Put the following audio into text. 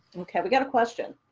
okay, we got a question.